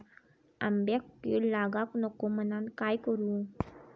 आंब्यक कीड लागाक नको म्हनान काय करू?